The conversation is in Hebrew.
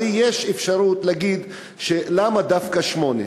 הרי יש אפשרות להגיד: למה דווקא שמונה?